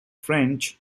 french